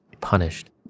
Punished